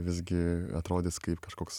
visgi atrodys kaip kažkoks